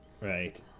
Right